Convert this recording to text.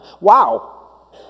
Wow